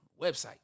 website